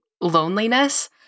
loneliness